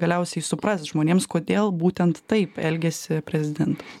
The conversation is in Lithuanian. galiausiai supras žmonėms kodėl būtent taip elgiasi prezidentas